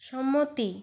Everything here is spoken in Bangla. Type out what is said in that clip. সম্মতি